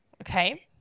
Okay